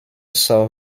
saw